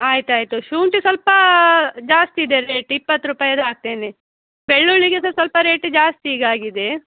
ಆಯ್ತು ಆಯ್ತು ಶುಂಠಿ ಸ್ವಲ್ಪ ಜಾಸ್ತಿ ಇದೆ ರೇಟ್ ಇಪ್ಪತ್ತು ರೂಪಾಯಿದು ಹಾಕ್ತೇನೆ ಬೆಳ್ಳುಳ್ಳಿಗೆ ಸಹ ಸ್ವಲ್ಪ ರೇಟ್ ಜಾಸ್ತಿ ಈಗ ಆಗಿದೆ